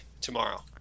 tomorrow